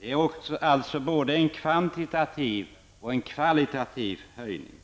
Det är alltså både en kvantitativ och en kvalitativ höjning.